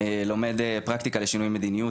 לומד פרקטיקה לשינוי מדיניות,